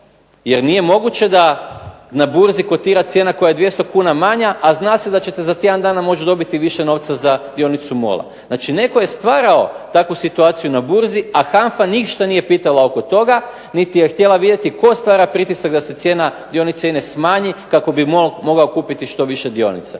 jer nije moguće da na burzi kotira cijena koja je 200 kn manja, a znate da ćete za tjedan dana moći dobiti više novca za dionicu MOL-a. Znači netko je stvarao takvu situaciju na burzi a HANFA ništa nije pitala oko toga, niti je htjela vidjeti tko stvara pritisak da se cijena dionice INA-e smanji kako bi MOL mogao kupiti što više dionica.